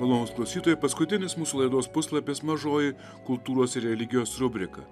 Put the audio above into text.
malonūs klausytojai paskutinis mūsų laidos puslapis mažoji kultūros ir religijos rubrika